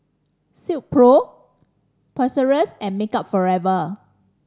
Silkpro Toys and Makeup Forever